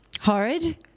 Horrid